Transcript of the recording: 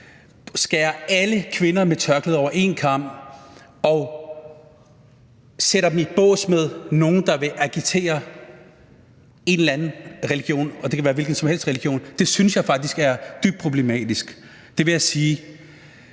skærer alle kvinder med tørklæde over én kam og sætter dem i bås med nogle, der vil agitere for en eller anden religion, og det kan være en hvilken som helst religion. Det synes jeg faktisk er dybt problematisk. Det vil jeg sige.